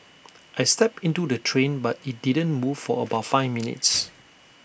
I stepped into the train but IT didn't move for about five minutes